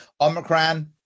Omicron